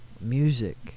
music